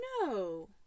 No